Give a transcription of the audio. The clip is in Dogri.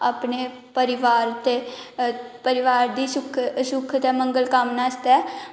अपने परिवार ते परिवार दी सुख सुख ते मंगल कामना आस्तै